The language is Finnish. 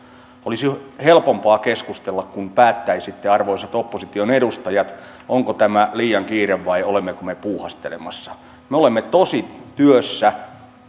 olisi helpompaa keskustella kun päättäisitte arvoisat opposition edustajat onko tässä liian kiire vai olemmeko me puuhastelemassa me olemme tosi työssä